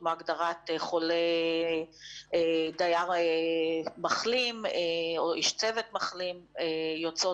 כמו הגדרת דייר מחלים או איש צוות מחלים.